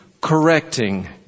correcting